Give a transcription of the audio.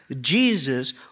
Jesus